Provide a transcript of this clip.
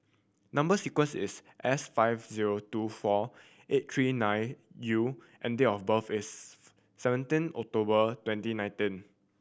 number sequence is S five zero two four eight three nine U and date of birth is seventeen October twenty nineteen